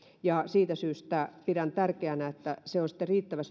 ja siitä syystä pidän tärkeänä että se rahoitus on sitten riittävä